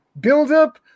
build-up